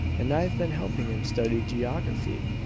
and i've been helping him study geography.